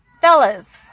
Fellas